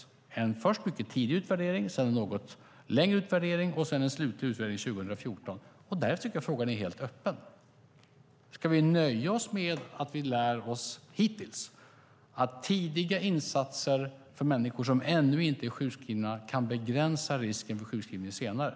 Det ska först ske en mycket tidig utvärdering, därefter en något längre utvärdering och sedan en slutlig utvärdering år 2014. Där är frågan helt öppen. Ska vi nöja oss med vad vi lärt oss hittills - att tidiga insatser för människor som ännu inte är sjukskrivna kan begränsa risken för sjukskrivning senare?